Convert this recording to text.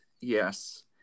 yes